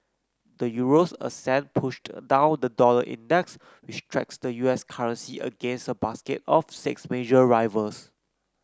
the Euro's ascent pushed down the dollar index which tracks the U S currency against a basket of six major rivals